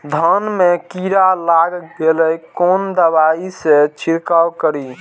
धान में कीरा लाग गेलेय कोन दवाई से छीरकाउ करी?